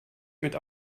mit